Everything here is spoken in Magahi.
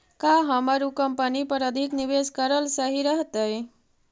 का हमर उ कंपनी पर अधिक निवेश करल सही रहतई?